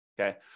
okay